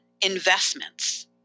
investments